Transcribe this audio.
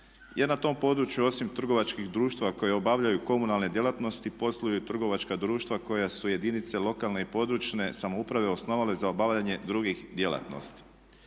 jer na tom području osim trgovačkih društava koje obavljaju komunalne djelatnosti posluju i trgovačka društva koja su jedinice lokalne i područne samouprave osnovale za obavljanje drugih djelatnosti.